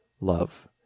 love